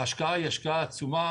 ההשקעה היא השקעה עצומה